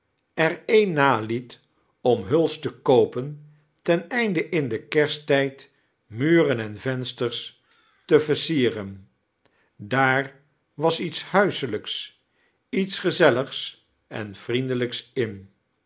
er sea naliet-oim hujbst te koopen ten einde im den kerattijcl muren en vemsters te versierem daar was iete bituisattj'ks iets geizelligs en vriendelijkis in